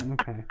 Okay